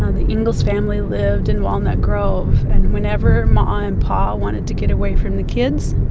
ah the ingalls family lived in walnut grove. and whenever ma and pa wanted to get away from the kids,